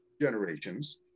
generations